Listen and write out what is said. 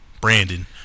Brandon